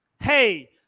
Hey